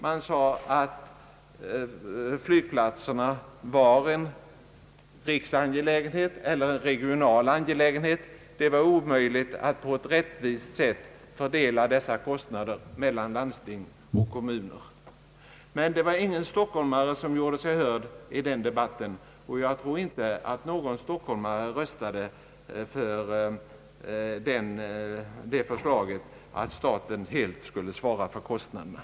Man sade att flygplatserna var en regional angelägenhet och att det var omöjligt att på ett rättvist sätt fördela kostnaderna mellan landsting och kommuner. Ingen stockholmsrepresentant gjorde sig hörd i den debatten, och jag kan inte erinra mig att någon stockholmare röstade för förslaget att staten helt skulle svara för kostnaderna.